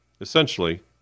essentially